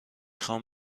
خوام